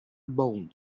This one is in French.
bowl